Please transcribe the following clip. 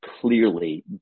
clearly